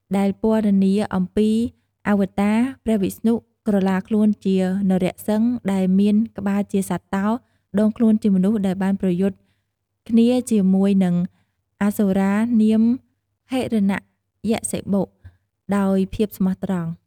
ដែលពណ៌នាអំពី អាវតា ព្រះវិស្ណុ ក្រឡាខ្លួនជា នរ:សិង្ហ ដែលមានក្បាលជា សត្វតោ ដងខ្លួនជាមនុស្សដែលបានប្រយុទ្ធគ្នាជាមួយនិង អាសុរានាម "ហិរណយក្សសិបុ" ដោយភាពស្មោះត្រង់ ។